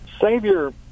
Savior